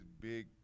big